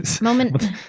Moment